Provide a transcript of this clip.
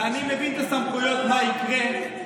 ואני מבין את הסמכויות ומה יקרה אם